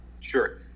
Sure